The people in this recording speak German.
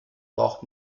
braucht